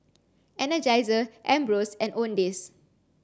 Energizer Ambros and Owndays